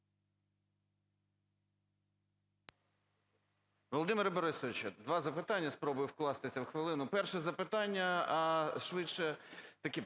Володимире Борисовичу, два запитання, спробую вкластися в хвилину. Перше запитання - швидше таке